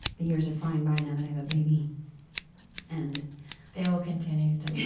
the years are flying by now that i have a baby and they will continue to